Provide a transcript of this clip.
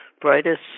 brightest